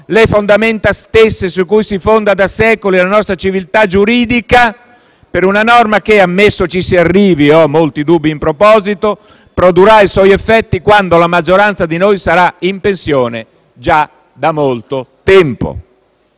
le fondamenta stesse su cui si fonda da secoli la nostra civiltà giuridica, per una norma che - ammesso ci arrivi, e ho molti dubbi in proposito - produrrà i suoi effetti quando la maggioranza di noi sarà in pensione già da molto tempo,